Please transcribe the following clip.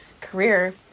career